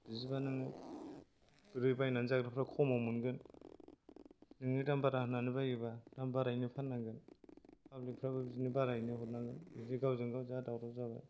बिदिबा नोङो बोरै बायनानै जाग्राफ्रा खमाव मोनगोन नोङो दाम बारा होनानै बायोबा दाम बारायैनो फाननांगोन पाब्लिक फ्राबो बिदिनो बारायैनो हरनांगोन बिदि गावजोंगाव जा दावराव जाबाय